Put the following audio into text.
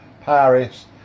Paris